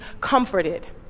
comforted